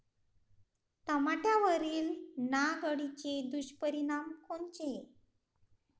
टमाट्यावरील नाग अळीचे दुष्परिणाम कोनचे?